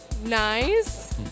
nice